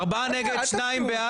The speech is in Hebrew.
הצבעה בעד הרביזיה 2 נגד,